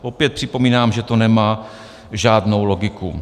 Opět připomínám, že to nemá žádnou logiku.